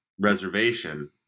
reservation